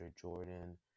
Jordan